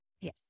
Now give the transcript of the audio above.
Yes